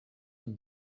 and